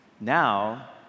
Now